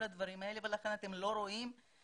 הדברים האלה ולכן אתם לא רואים אותם במשטרה.